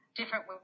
different